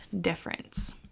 difference